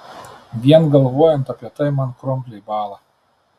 vien galvojant apie tai man krumpliai bąla